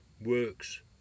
works